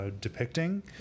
Depicting